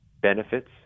Benefits